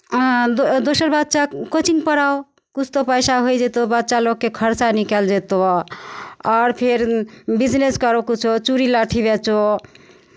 दो दोसर बच्चा कोचिंग पढ़ाओ किछु तऽ पैसा होय जयतहु बच्चालोकके खर्चा निकल जयतहु आओर फेर बिजनेस करो किछो चूड़ी लहठी बेचू